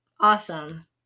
awesome